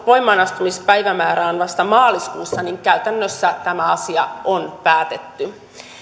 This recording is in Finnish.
voimaanastumispäivämäärä on vasta maaliskuussa niin käytännössä tämä asia on päätetty